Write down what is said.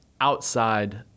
outside